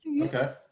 Okay